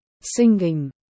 Singing